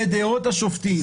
לדעות השופטים.